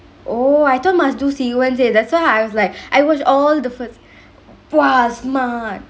oh I thought must do C_U_N seh that's why I was like I was all the first !wah! smart